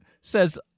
says